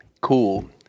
Cool